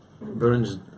burns